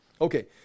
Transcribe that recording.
Okay